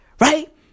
Right